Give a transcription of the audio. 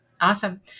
Awesome